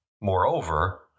Moreover